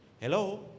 Hello